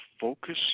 focus